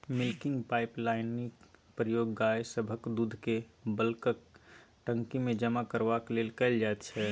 milking पाइपलाइनक प्रयोग गाय सभक दूधकेँ बल्कक टंकीमे जमा करबाक लेल कएल जाइत छै